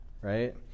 right